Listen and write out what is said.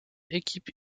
équipes